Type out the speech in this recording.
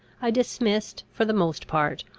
i dismissed, for the most part,